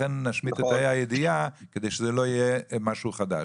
לכן נשמיט את ה' הידיעה כדי שזה לא יהיה משהו חדש.